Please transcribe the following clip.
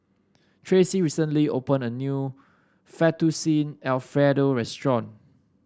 Tracie recently opened a new Fettuccine Alfredo Restaurant